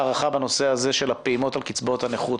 להערכה בנושא הפעימות על קצבאות הנכות.